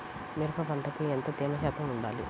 మిరప పంటకు ఎంత తేమ శాతం వుండాలి?